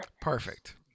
Perfect